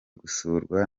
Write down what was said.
gusurwa